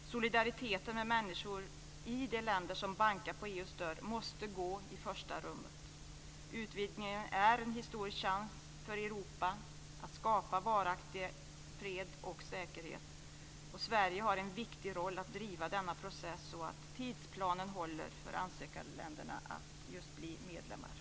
Solidariteten med människor i de länder som bankar på EU:s dörr måste sättas i första rummet. Utvidgningen är en historisk chans för Europa att skapa varaktig fred och säkerhet. Sverige har en viktig roll att driva denna process så att tidsplanen håller för ansökarländerna att bli medlemmar.